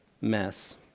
mess